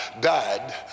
died